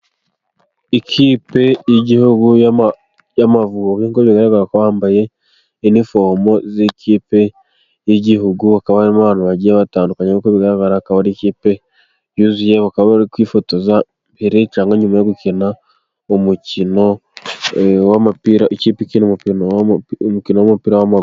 Ikipe y'Igihugu y'Amavubi nk'uko bigaragara ko bambaye inifomo z'ikipe y'Igihugu hakaba harimo abantu bagiye batandukanye. Uko bigaragara bakaba bari ikipe yuzuye bari kwifotoza mbere, cyangwa nyuma yo gukina umukino w'umapira. Ikipe ikina umukino, umukino w'umupira w'amaguru.